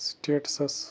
سِٹیٹسَس